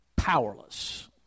Powerless